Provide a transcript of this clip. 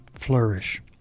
Flourish